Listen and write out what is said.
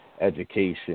education